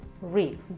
read